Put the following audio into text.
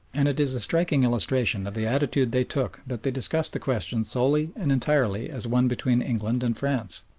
and it is a striking illustration of the attitude they took that they discussed the question solely and entirely as one between england and france.